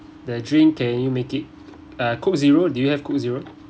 the drink can you make it ah coke zero do you have coke zero